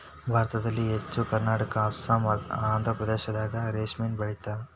ಭಾರತದಲ್ಲಿ ಹೆಚ್ಚಾಗಿ ಕರ್ನಾಟಕಾ ಅಸ್ಸಾಂ ಆಂದ್ರಪ್ರದೇಶದಾಗ ರೇಶ್ಮಿನ ಬೆಳಿತಾರ